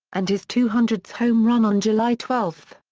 and his two hundredth home run on july twelve.